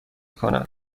کند